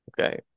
Okay